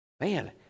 man